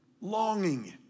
longing